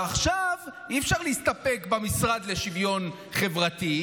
ועכשיו אי-אפשר להסתפק במשרד לשוויון חברתי,